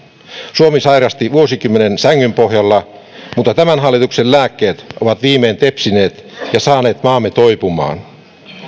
suomi sairasti vuosikymmenen sängynpohjalla mutta tämän hallituksen lääkkeet ovat viimein tepsineet ja saaneet maamme toipumaan